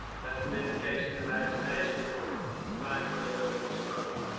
that's an indication of agitation and time for a little bit more smoke.